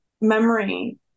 memory